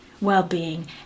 well-being